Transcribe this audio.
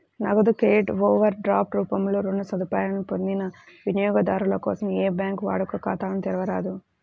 నగదు credit, overdraft రూపంలో రుణ సదుపాయాలను పొందిన వినియోగదారుల కోసం ఏ బ్యాంకూ వాడుక ఖాతాలను తెరవరాదు